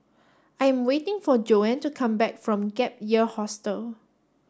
I'm waiting for Joan to come back from Gap Year Hostel